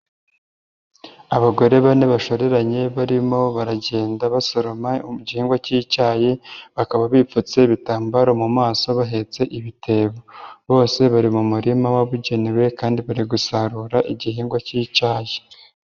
Abagore bane bashoreranye barimo baragenda basoroma igihingwa cy'icyayi, bakaba bipfutse ibitambaro mu maso, bahetse ibitebo bose bari mu murima wabugenewe kandi bari gusarura igihingwa cy'icyayi.